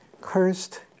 cursed